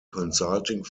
consulting